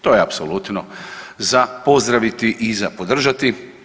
To je apsolutno za pozdraviti i za podržati.